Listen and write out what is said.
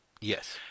Yes